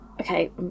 okay